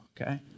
okay